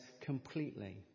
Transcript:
completely